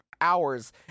hours